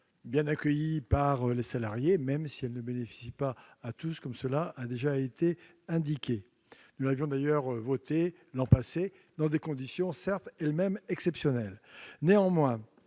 bien accueillie par les salariés, même si elle ne bénéficie pas à tous, comme cela a déjà été indiqué. Nous l'avions d'ailleurs voté l'an passé, dans des conditions elles-mêmes exceptionnelles. Il convient,